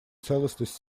целостность